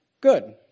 good